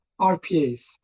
RPAs